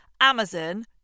Amazon